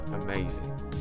amazing